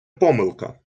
помилка